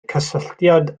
cysylltiad